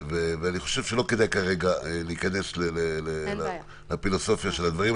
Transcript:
לא כדאי כרגע להיכנס לפילוסופיה של הדברים.